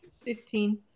fifteen